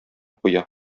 куя